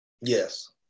Yes